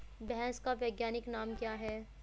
भैंस का वैज्ञानिक नाम क्या है?